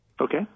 Okay